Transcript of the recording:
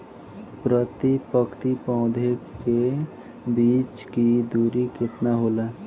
प्रति पंक्ति पौधे के बीच की दूरी केतना होला?